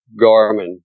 Garmin